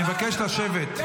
אני מבקש לשבת.